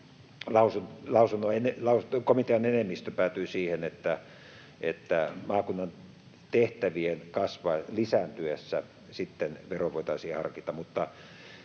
lausuntoon. Komitean enemmistö päätyi siihen, että maakunnan tehtävien lisääntyessä veroa voitaisiin harkita.